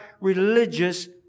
religious